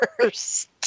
first